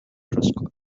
truscott